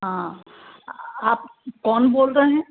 हाँ आप कौन बोल रहे हैं